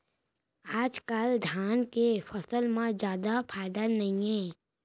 आजकाल धान के फसल म जादा फायदा नइये